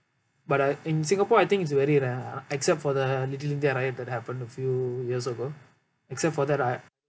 but I think singapore I think is very rare except for the little india riot that happened a few years ago except for that I